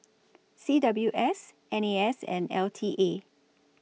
C W S N A S and L T A